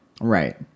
Right